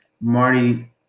Marty